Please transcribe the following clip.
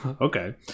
Okay